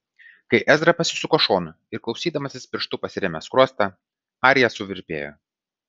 kai ezra pasisuko šonu ir klausydamasis pirštu pasirėmė skruostą arija suvirpėjo